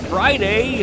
Friday